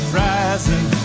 rising